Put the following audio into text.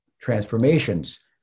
transformations